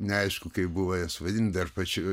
neaišku kaip buvo juos vadint dar pačioj